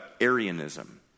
Arianism